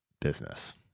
business